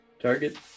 target